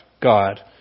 God